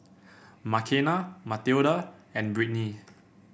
Makena Mathilda and Britni